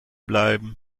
bleiben